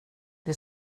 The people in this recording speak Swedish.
det